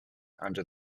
under